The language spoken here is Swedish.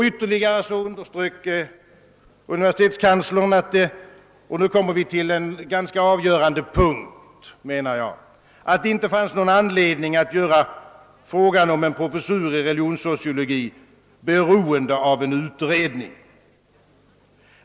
Ytterligare underströk universitetskanslern att — och nu kommer jag till en enligt min mening ganska avgörande punkt — det inte fanns någon anledning att göra frågan om en professur i religionssociologi beroende av en utredning.